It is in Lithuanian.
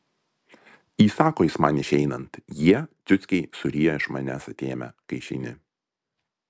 įsako jis man išeinant jie ciuckiai suryja iš manęs atėmę kai išeini